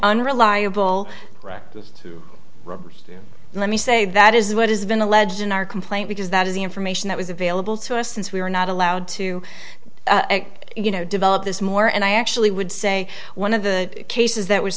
unreliable right let me say that is what has been alleged in our complaint because that is the information that was available to us since we were not allowed to you know develop this more and i actually would say one of the cases that was